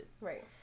Right